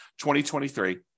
2023